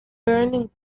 burning